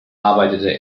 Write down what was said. arbeitete